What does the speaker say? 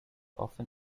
often